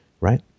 right